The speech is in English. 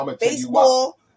Baseball